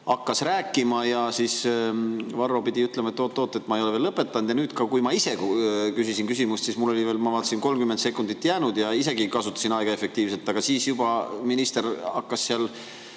hakkas rääkima. Varro pidi ütlema, et oot-oot, ma ei ole veel lõpetanud. Ja nüüd ka, kui ma ise küsisin küsimust, siis mul oli veel 30 sekundit jäänud. Ma niigi kasutasin aega efektiivselt, aga siis juba minister hakkas vahele